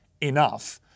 enough